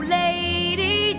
lady